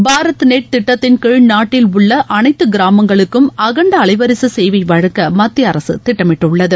Bharat net திட்டத்தின்கீழ் நாட்டில் உள்ள அனைத்து கிராமங்களுக்கும் அகண்ட அலைவரிசை சேவை வழங்க மத்திய அரசு திட்டமிட்டுள்ளது